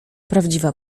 prawdziwa